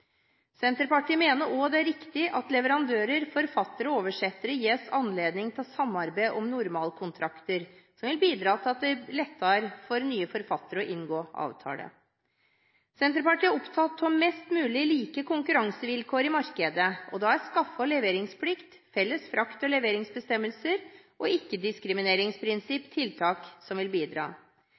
Senterpartiet mener også det er riktig at leverandører, forfattere og oversettere gis anledning til å samarbeide om normalkontrakter, som vil bidra til at det blir lettere for nye forfattere å inngå avtale. Senterpartiet er opptatt av mest mulig like konkurransevilkår i markedet, og da er skaffe- og leveringsplikt, felles frakt- og leveringsbestemmelser og ikke-diskrimineringsprinsipp tiltak som vil bidra.